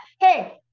Hey